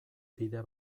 bide